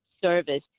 service